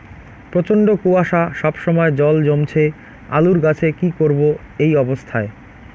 প্রচন্ড কুয়াশা সবসময় জল জমছে আলুর গাছে কি করব এই অবস্থায়?